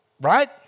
right